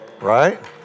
Right